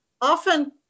often